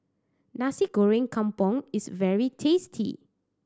Nasi Goreng Kampung is very tasty